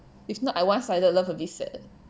if not I one sided love a bit sad